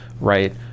right